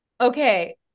Okay